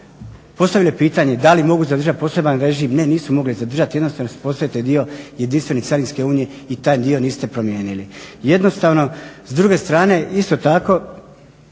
postavlja pitanje da li mogu zadržati poseban režim? Ne, nisu mogle zadržati jednostavno jel su postali taj dio jedinstvene carinske Unije i taj dio niste promijenili. S druge strane isto tako